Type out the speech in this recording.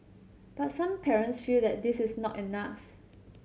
but some parents feel that this is not enough